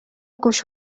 گوش